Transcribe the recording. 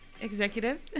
executive